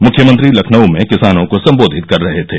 मुख्यमंत्री लखनऊ में किसानों को संबोधित कर रहे थे